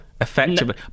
effectively